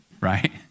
right